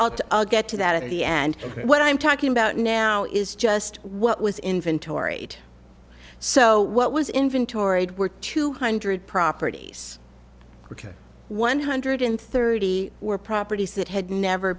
know i'll get to that at the end of what i'm talking about now is just what was inventory so what was inventoried were two hundred properties which are one hundred thirty were properties that had never